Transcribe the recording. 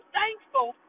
thankful